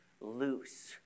loose